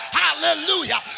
hallelujah